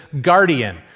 guardian